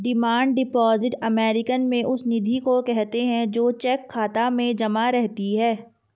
demand deposit American में उस निधि को कहते हैं जो चेक खाता में जमा रहती है